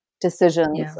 decisions